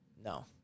No